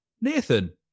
Nathan